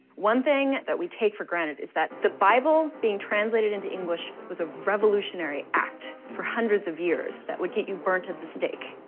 one thing that we take for granted is that the bible being translated into english was a revolutionary act for hundreds of years that would get you burned at the stake.